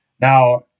Now